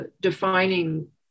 defining